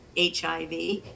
HIV